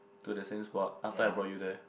to the same spot after I brought you there